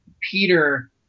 Peter